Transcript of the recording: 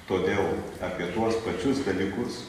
todėl apie tuos pačius dalykus